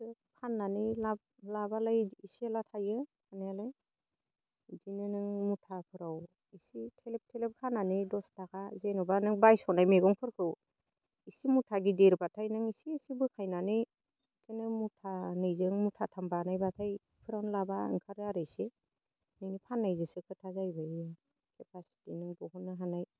इदिनो फाननानै लाबालाय इसे एला थायो थानायालाय इदिनो नों मुथाफोराव एसे थेलेब थेलेब हानानै दस थाखा जेन'बा नों बायस'नाय मैगंफोरखौ इसे मुथा गिदिरब्लाथाय नों इसे इसे बोखायनानै इदिनो मुथानैजों मुथाथाम बानायब्लाथाय इफोरावनो लाबा ओंखारो आरो इसे नोंनि फाननायजोंसो खोथा जाहैबाय केपासिटि नों बहननो हानाय